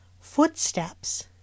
footsteps